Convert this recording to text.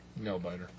Nailbiter